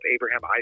Abraham